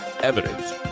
evidence